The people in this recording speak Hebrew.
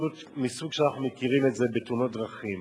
מסוג שאנחנו מכירים את זה, בתאונות דרכים,